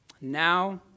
Now